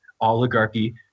oligarchy